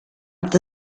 the